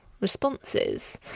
responses